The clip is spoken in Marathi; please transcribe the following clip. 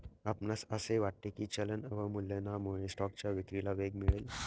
आपणास असे वाटते की चलन अवमूल्यनामुळे स्टॉकच्या विक्रीला वेग मिळेल?